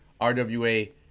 RWA